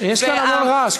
יש כאן המון רעש.